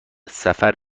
سفر